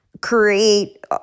create